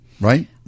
right